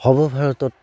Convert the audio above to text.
সৰ্ব ভাৰতত